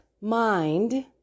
mind